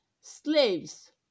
Slaves